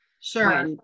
Sure